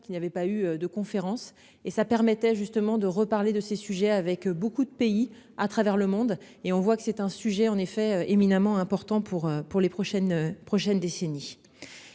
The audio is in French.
qu'il n'y avait pas eu de conférences et ça permettait justement de reparler de ces sujets, avec beaucoup de pays à travers le monde et on voit que c'est un sujet en effet éminemment important pour, pour les prochaines prochaines